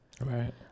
Right